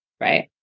right